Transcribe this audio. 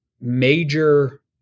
Major